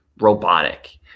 robotic